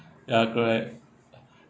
ya correct